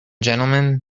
gentlemen